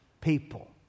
people